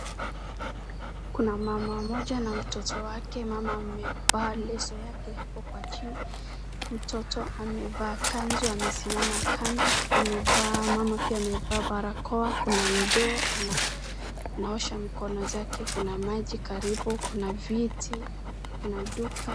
Kuna mama mmoja na mtoto wake. Mama amevaa leso yake hapo kwa chini, mtoto amevaa kanzu amesimama kando, mama pia amevaa barakoa. Kuna ndoo anaosha mikono zake. Kuna maji karibu, kuna viti, kuna duka.